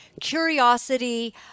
curiosity